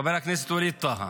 חבר הכנסת ווליד טאהא,